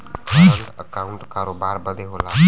current account करोबार बदे होला